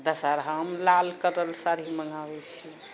दशहरामे लाल कलर साड़ी माँगाबै छियै